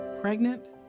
Pregnant